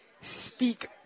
speak